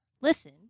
Listen